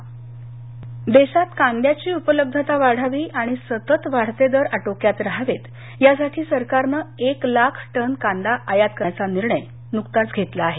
कांदा आयात देशात कांद्याची उपलब्धता वाढावी आणि सतत वाढते दर अटोक्यात राहावेत यासाठी सरकारनं एक लाख टन कांदा आयात करण्याचा निर्णय नुकताच घेतला आहे